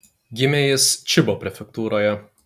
gimė jis čibo prefektūroje